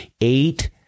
eight